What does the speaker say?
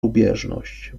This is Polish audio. lubieżność